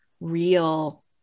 real